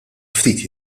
ftit